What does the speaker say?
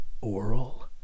oral